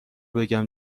بگم